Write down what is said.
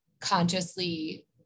consciously